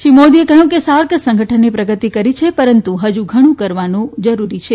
શ્રી મોદીએ કહ્યું કે સાર્ક સંગઠને પ્રગતિ કરી છે પરંતુ હજુ ઘણુ બધુ કરવાનું જરૂરી છે